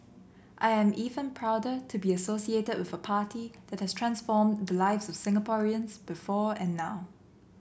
I am even prouder to be associated with a party that has transformed the lives of Singaporeans before and now